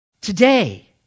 Today